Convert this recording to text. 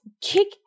kick